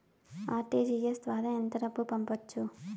RTGS ద్వారా ఎంత డబ్బు పంపొచ్చు?